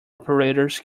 operators